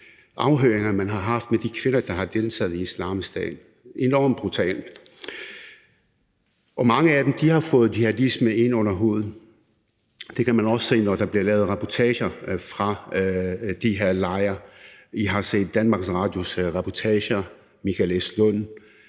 afhøringer, man har haft af de kvinder, der har deltaget i Islamisk Stat – det er enormt brutalt – og mange af dem har fået jihadisme ind under huden. Det kan man også se, når der bliver lavet reportager fra de her lejre. Vi har set Danmarks Radios reportager af Michael S. Lund